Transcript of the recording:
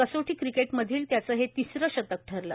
कसोटी क्रिकेटमधील त्याचं हे तिसरं तकं ठरलं